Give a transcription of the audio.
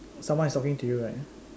someone is talking to you right